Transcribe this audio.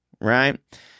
right